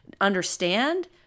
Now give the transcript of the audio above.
understand